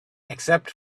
except